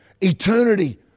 eternity